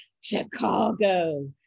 Chicago